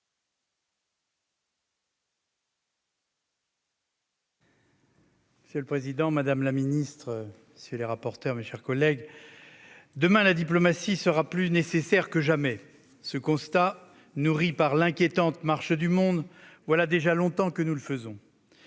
Monsieur le président, madame la ministre, mes chers collègues, demain, la diplomatie sera plus nécessaire que jamais. Ce constat, nourri par l'inquiétante marche du monde, voilà déjà longtemps que nous le faisons.